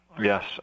Yes